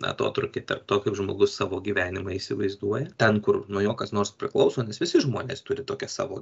atotrūkį tarp to kaip žmogus savo gyvenimą įsivaizduoja ten kur nuo jo kas nors priklauso nes visi žmonės turi tokią savo